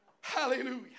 Hallelujah